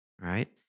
right